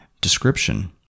description